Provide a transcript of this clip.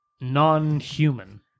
non-human